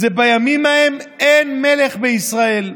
זה "בימים ההם אין מלך בישראל,